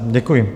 Děkuji.